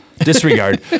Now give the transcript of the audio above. disregard